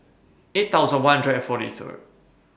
eight thousand one hundred and forty Third